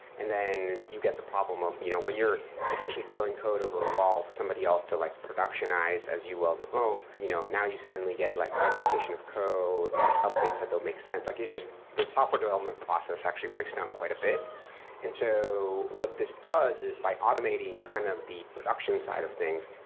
and then you get the problem of you know when you're essentially throwing code over a wall for somebody else to like productionize as you well you know now, you certainly get like bifurcation of code, like updates that they'll make sense. like it's just the software development process actually breaks down quite a bit and so what this does is by automating kind of the production side of things,